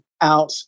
out